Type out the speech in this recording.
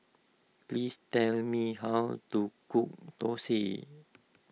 please tell me how to cook Thosai